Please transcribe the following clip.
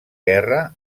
guerra